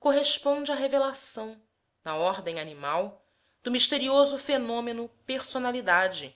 corresponde à revelação na ordem animal do misterioso fenômeno personalidade